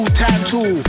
tattoo